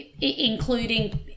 including